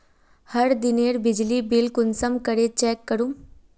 हर दिनेर बिजली बिल कुंसम करे चेक करूम?